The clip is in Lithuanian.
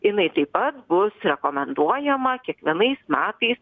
jinai taip pat bus rekomenduojama kiekvienais metais